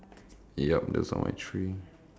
yup that's all my three